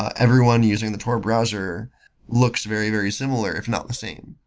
ah everyone using the tor browser looks very, very similar, if not the same.